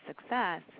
Success